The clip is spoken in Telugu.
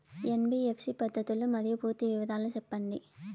ఎన్.బి.ఎఫ్.సి పద్ధతులు మరియు పూర్తి వివరాలు సెప్పండి?